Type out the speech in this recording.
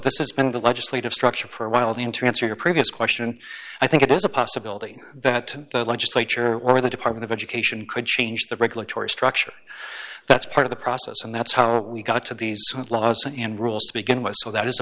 this has been the legislative structure for a while the interests of your previous question i think it is a possibility that the legislature or the department of education could change the regulatory structure that's part of the process and that's how we got to these laws and rules begin with so that is a